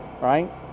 right